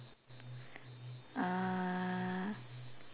uh